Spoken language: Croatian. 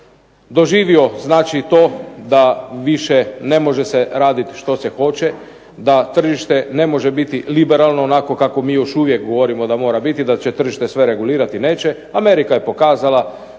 doživio znači to da više ne može se radit što se hoće, da tržište ne možemo biti liberalno, onako kako mi još uvijek govorimo da mora biti, da će tržište sve regulirati, neće. Amerika je pokazala